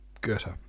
Goethe